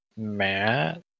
Matt